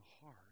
heart